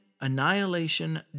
Annihilation